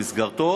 שבמסגרתו